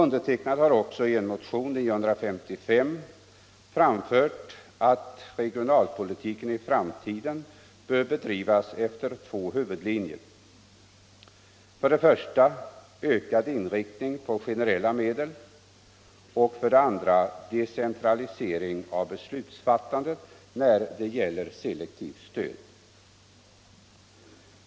Jag har också i en motion, nr 955, framfört att regionalpolitiken i framtiden bör bedrivas efter två huvudlinjer: för det första ökad inriktning på generella medel och för det andra decentralisering av beslutsfattandet när det gäller selektivt stöd.